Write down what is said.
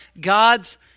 God's